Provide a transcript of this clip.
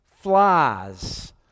flies